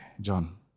John